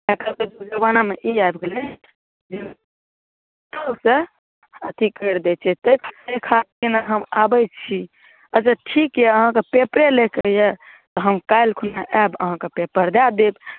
आइकाल्हिके जुग जबानामे ई आबि गेलै जे अथी करि दै छै तहि खातिर नहि हम आबैत छी अच्छा ठीक यऽ अहाँकऽ पेपरे लै के यऽ तऽ हम काल्हि खुना अएब अहाँकऽ पेपर दए देब